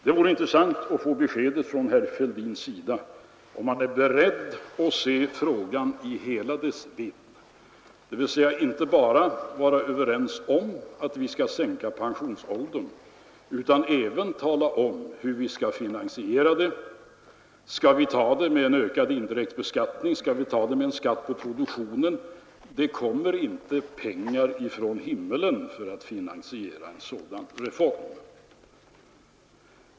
Det vore intressant att få besked från herr Fälldin om han är beredd att se frågan i hela dess vidd, dvs. inte bara kräva att vi skall sänka pensionsåldern utan även tala om hur vi skall finansiera den åtgärden. Skall vi täcka kostnaden med en ökad indirekt beskattning eller skall vi göra det med en skatt på produktionen? Det kommer inte pengar från himlen för att finansiera en sådan reform.